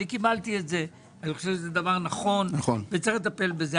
אני חושב שזה דבר נכון וצריך לטפל בזה.